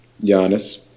Giannis